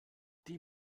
die